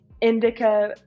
Indica